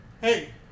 Hey